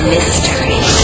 Mystery